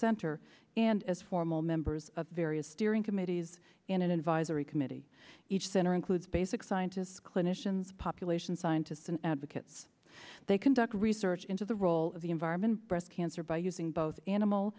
center and as formal members of various steering committees in an advisory committee each center includes basic scientists clinicians population scientists and advocates they conduct research into the role of the environment breast cancer by using both animal